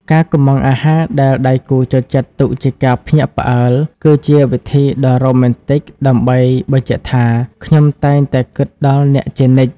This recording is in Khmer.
ការកុម្មង់អាហារដែលដៃគូចូលចិត្តទុកជាការភ្ញាក់ផ្អើល គឺជាវិធីដ៏រ៉ូមែនទិកដើម្បីបញ្ជាក់ថា «ខ្ញុំតែងតែគិតដល់អ្នកជានិច្ច»។